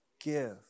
give